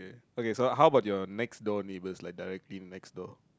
okay so how about your next door neighbours like directly next door